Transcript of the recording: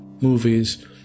movies